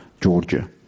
Georgia